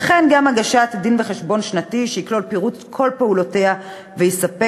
וכן גם הגשת דין-וחשבון שנתי שיכלול פירוט כל פעולותיה ויספק